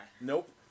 Nope